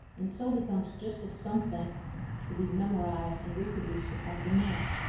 and so becomes just a something to be memorized and reproduced upon demand.